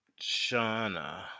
Shauna